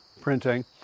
printing